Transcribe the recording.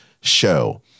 show